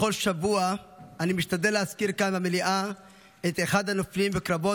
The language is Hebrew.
בכל שבוע אני משתדל להזכיר כאן במליאה את אחד הנופלים בקרבות,